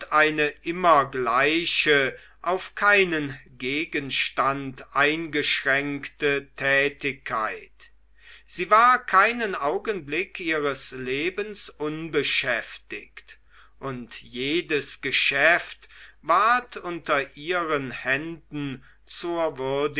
eine immer gleiche auf keinen gegenstand eingeschränkte tätigkeit sie war keinen augenblick ihres lebens unbeschäftigt und jedes geschäft ward unter ihren händen zur